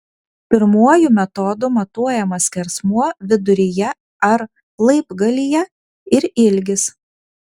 pirmuoju metodu matuojamas skersmuo viduryje ar laibgalyje ir ilgis